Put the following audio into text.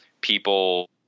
people